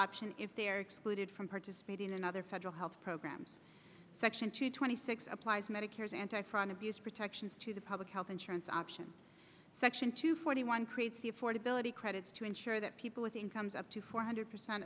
option if they are excluded from participating in other federal health programs section three twenty six applies medicare's anti fraud abuse protections to the public health insurance option section two forty one creates the affordability credits to ensure that people with incomes up to four hundred percent